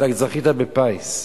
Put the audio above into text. זכית בפיס.